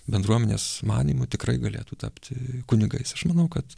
bendruomenės manymu tikrai galėtų tapti kunigais aš manau kad